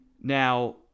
Now